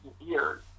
years